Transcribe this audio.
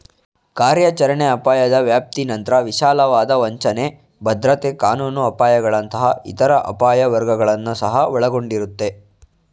ಕಾರ್ಯಾಚರಣೆ ಅಪಾಯದ ವ್ಯಾಪ್ತಿನಂತ್ರ ವಿಶಾಲವಾದ ವಂಚನೆ, ಭದ್ರತೆ ಕಾನೂನು ಅಪಾಯಗಳಂತಹ ಇತರ ಅಪಾಯ ವರ್ಗಗಳನ್ನ ಸಹ ಒಳಗೊಂಡಿರುತ್ತೆ